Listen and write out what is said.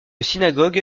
synagogue